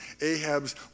Ahab's